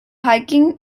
hiking